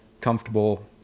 comfortable